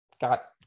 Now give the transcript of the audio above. got